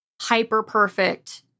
hyper-perfect